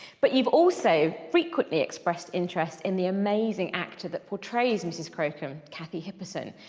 but you have also frequently expressed interest in the amazing actor that portrays mrs crocombe kathy hipperson.